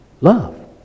love